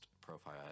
profile